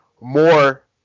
more